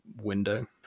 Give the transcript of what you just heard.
window